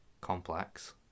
complex